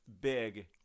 big